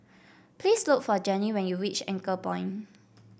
please look for Gennie when you reach Anchorpoint